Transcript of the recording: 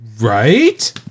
right